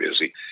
busy